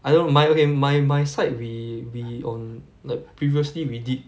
I don't min~ okay my my side we we on the like previously we did